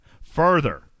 Further